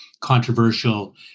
controversial